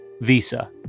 visa